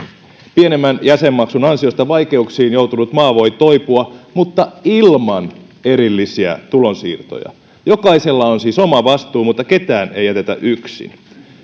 pienemmän jäsenmaksun ansiosta vaikeuksiin joutunut maa voi toipua mutta ilman erillisiä tulonsiirtoja jokaisella on siis oma vastuu mutta ketään ei jätetä yksin